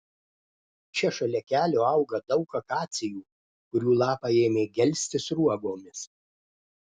čia šalia kelio auga daug akacijų kurių lapai ėmė gelsti sruogomis